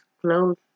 clothes